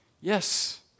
Yes